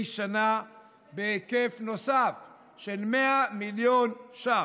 שנה בהיקף נוסף של למעלה מ-100 מיליון ש"ח.